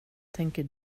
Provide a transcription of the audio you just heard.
tänker